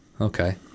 Okay